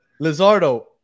Lizardo